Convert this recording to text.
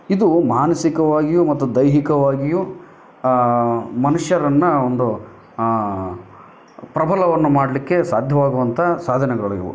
ಇದು ಮಾನಸಿಕವಾಗಿಯು ಮತ್ತು ದೈಹಿಕವಾಗಿಯು ಮನುಷ್ಯರನ್ನು ಒಂದು ಪ್ರಬಲವನ್ನು ಮಾಡಲಿಕ್ಕೆ ಸಾಧ್ಯವಾಗುವಂಥ ಸಾಧನಗಳು ಇವು